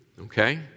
okay